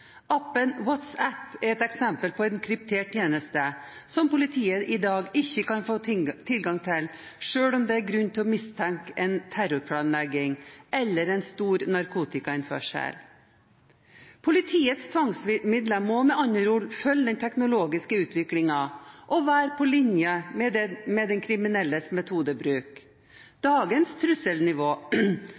Appen WhatsApp er et eksempel på en kryptert tjeneste som politiet i dag ikke kan få tilgang til, selv om det er grunn til å mistenke terrorplanlegging eller en stor narkotikainnførsel. Politiets tvangsmidler må med andre ord følge den teknologiske utviklingen og være på linje med de kriminelles metodebruk. Dagens trusselnivå,